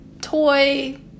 toy